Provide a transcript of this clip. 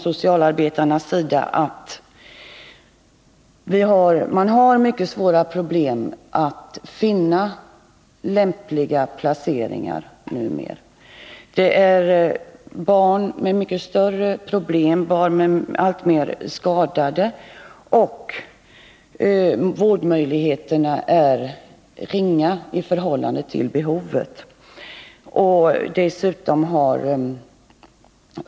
Socialarbetarna säger att de numera har mycket stora problem med att finna lämpliga placeringar. Barn har nu mycket större problem, är mer skadade, och vårdmöjligheterna är ringa i förhållande till behovet.